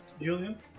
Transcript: Julian